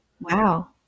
wow